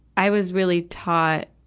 i was really taught,